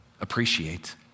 appreciate